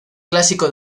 clásico